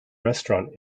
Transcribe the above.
restaurant